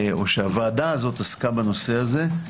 או שהוועדה הזו עסקה בנושא הזה,